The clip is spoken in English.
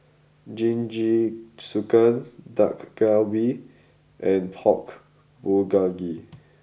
Jingisukan Dak Galbi and Pork Bulgogi